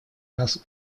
нас